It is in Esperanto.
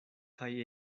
kaj